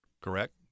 correct